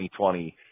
2020